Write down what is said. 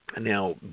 Now